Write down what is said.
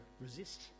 resist